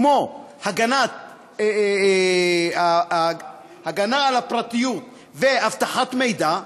כמו הגנה על הפרטיות ואבטחת מידע.